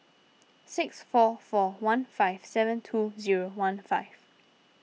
six four four one five seven two zero one five